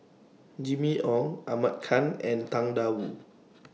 Jimmy Ong Ahmad Khan and Tang DA Wu